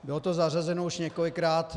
Bylo to zařazeno už několikrát.